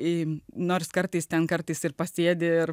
nors kartais ten kartais ir pasėdi